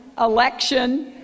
election